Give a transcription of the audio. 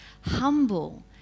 Humble